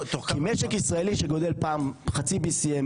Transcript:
משק ישראלי שגודל פעם BCM0.5,